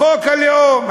חוק הלאום.